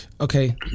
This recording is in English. Okay